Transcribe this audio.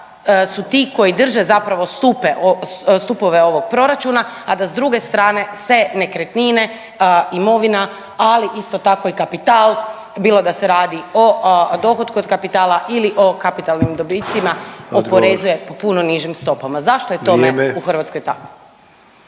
su ti koji drže zapravo stupe, stupove ovog Proračuna, a da s druge strane se nekretnine, imovina, ali tako i kapital, bilo da se radi o dohotku od kapitala ili o kapitalnim dobitcima, oporezuje .../Upadica: Odgovor./... po puno nižim stopama. Zašto je tome .../Upadica: